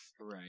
Right